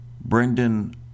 Brendan